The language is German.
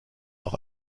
auch